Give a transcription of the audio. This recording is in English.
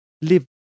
live